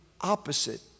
opposite